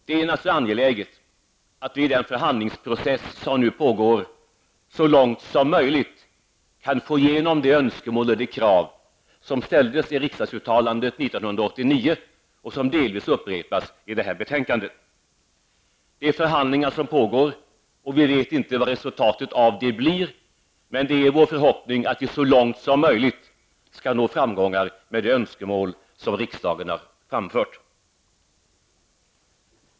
Det är naturligtvis angeläget att Sverige i den förhandlingsprocess som nu pågår så långt som möjligt kan få igenom de önskemål och krav som ställdes i riksdagsuttalandet 1989 och som delvis upprepas i det här betänkandet. Det är förhandlingar som pågår, och vi vet inte vad resultatet av dem blir, men det är vår förhoppning att vi så långt som möjligt skall nå framgångar med de önskemål som riksdagen har framfört.